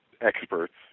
experts